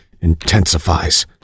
Intensifies